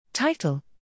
Title